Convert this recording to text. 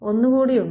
ഒന്നു കൂടിയുണ്ട്